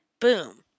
boom